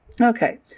Okay